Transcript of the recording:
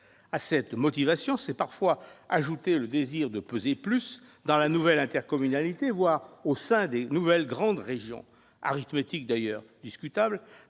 À cette motivation s'est parfois ajouté le désir de peser plus dans la nouvelle intercommunalité, voire au sein des nouvelles grandes régions. Il s'agit d'ailleurs d'une